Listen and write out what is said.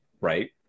Right